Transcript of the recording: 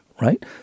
right